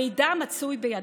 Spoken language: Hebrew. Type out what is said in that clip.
והמידע מצוי בידם.